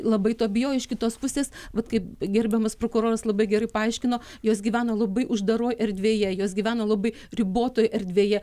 labai to bijo iš kitos pusės vat kaip gerbiamas prokuroras labai gerai paaiškino jos gyveno labai uždaroj erdvėje jos gyveno labai ribotoj erdvėje